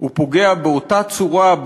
הוא פוגע באותה צורה,